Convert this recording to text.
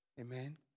Amen